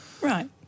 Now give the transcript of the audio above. Right